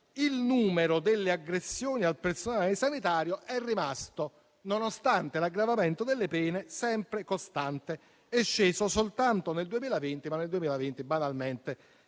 il numero delle aggressioni al personale sanitario è rimasto, nonostante l'aggravamento delle pene, sempre costante. È sceso soltanto nel 2020, ma banalmente